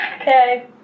Okay